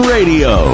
Radio